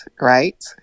right